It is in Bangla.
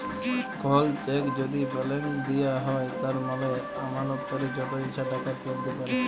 কল চ্যাক যদি ব্যালেঙ্ক দিঁয়া হ্যয় তার মালে আমালতকারি যত ইছা টাকা তুইলতে পারে